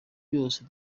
yose